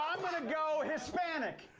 i'm gonna go hispanic.